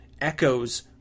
echoes